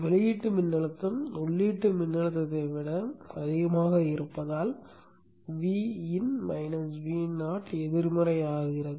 வெளியீட்டு மின்னழுத்தம் உள்ளீட்டு மின்னழுத்தத்தை விட அதிகமாக இருப்பதால் Vin Vo எதிர்மறையானது